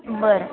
बरं